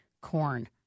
corn